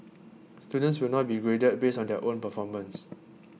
students will now be graded based on their own performance